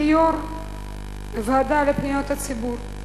כיושב-ראש הוועדה לפניות הציבור,